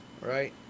right